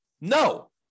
No